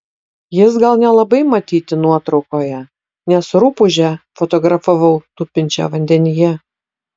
jis gal nelabai matyti nuotraukoje nes rupūžę fotografavau tupinčią vandenyje